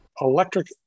electric